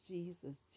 Jesus